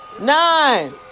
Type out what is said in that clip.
nine